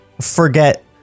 forget